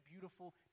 beautiful